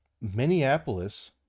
Minneapolis